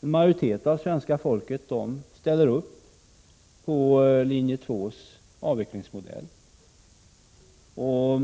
en majoritet av svenska folket ställer upp på avvecklingsmodellen i linje 2.